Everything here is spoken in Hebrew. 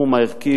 בתחום הערכי,